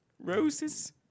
Roses